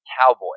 cowboy